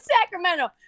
Sacramento